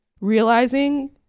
realizing